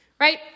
right